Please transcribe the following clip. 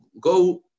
go